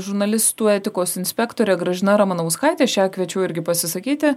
žurnalistų etikos inspektorė gražina ramanauskaitė aš ją kviečiau irgi pasisakyti